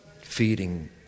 Feeding